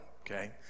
okay